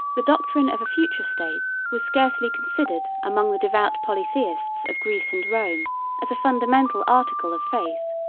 the doctrine of a future state was scarcely considered among the devout polytheists of greece and rome as a fundamental article of faith.